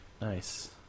Nice